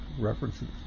references